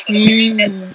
mm